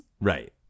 right